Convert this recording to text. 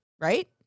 right